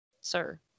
Sir